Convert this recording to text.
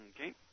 Okay